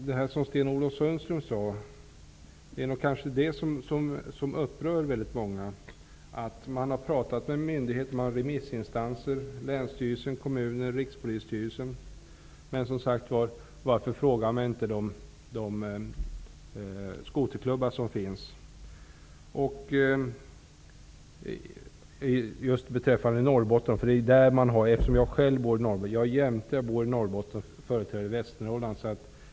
Herr talman! Sten-Ove Sundström tog upp det faktum att länstyrelser, kommuner och Rikspolisstyrelsen fungerat som remissinstanser, men att de skoterklubbar som finns inte tillfrågats. Det är nog det som upprör väldigt många. Jag är jämte, bor i Norrbotten och företräder Västernorrlands län.